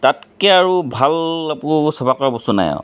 তাতকৈ আৰু ভাল একো চাফা কৰা বস্তু নাই আৰু